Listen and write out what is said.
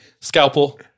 Scalpel